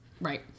Right